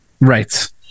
Right